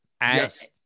Yes